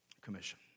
commission